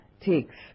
takes